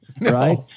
right